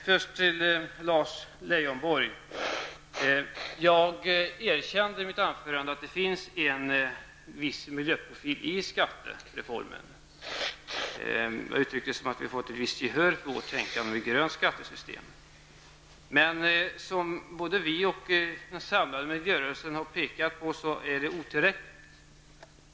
Herr talman! Först till Lars Leijonborg: Jag erkände i mitt anförande att det finns en viss miljöprofil i skattereformen. Jag uttryckte det så, att vi har fått ett visst gehör för vårt tänkande om ett grönt skattesystem. Men som både vi och den samlade miljörörelsen har påpekat är det otillräckligt.